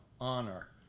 honor